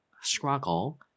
struggle